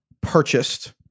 purchased –